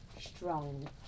strong